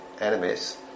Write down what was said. enemies